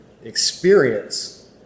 experience